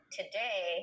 today